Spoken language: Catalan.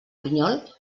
pinyol